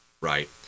right